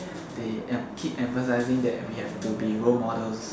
there keep emphasizing that we have to be role models